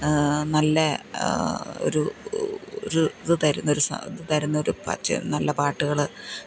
നല്ല ഒരു റ് ഇത് തരുന്നൊരു സാ തരുന്നൊരു പച്ച നല്ല പാട്ടുകൾ